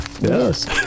Yes